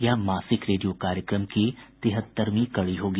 यह मासिक रेडियो कार्यक्रम की तिहत्तरवीं कड़ी होगी